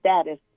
status